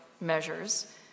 measures